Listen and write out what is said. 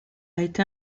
été